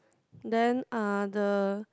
then uh the